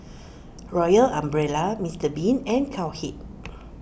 Royal Umbrella Mister Bean and Cowhead